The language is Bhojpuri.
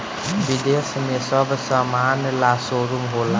विदेश में सब समान ला शोरूम होला